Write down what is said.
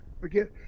forget